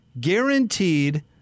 guaranteed